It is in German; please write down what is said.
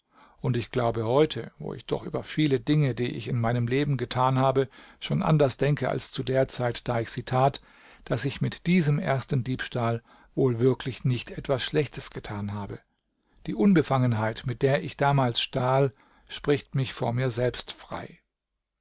und ich glaube heute wo ich doch über viele dinge die ich in meinem leben getan habe schon anders denke als zu der zeit da ich sie tat daß ich mit diesem ersten diebstahl wohl wirklich nicht etwas schlechtes getan habe die unbefangenheit mit der ich damals stahl spricht mich vor mir selbst frei